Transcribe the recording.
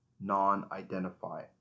non-identify